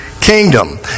kingdom